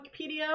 Wikipedia